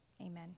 Amen